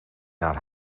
naar